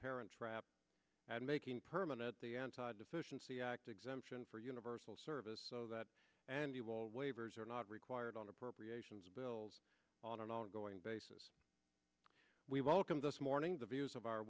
parent trap and making permanent the anti deficiency act exemption for universal service so that and you all waivers are not required on appropriations bills on an ongoing basis we welcome this morning the views of our